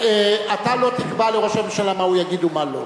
אתה לא תקבע לראש הממשלה מה הוא יגיד ומה לא,